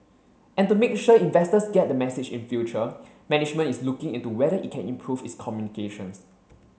and to make sure investors get the message in future management is looking into whether it can improve its communications